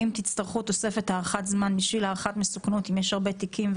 ואם תצטרכו תוספת הארכת זמן בשביל הערכת מסוכנות אם יש הרבה תיקים,